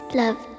love